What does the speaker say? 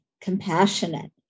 compassionate